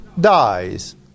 dies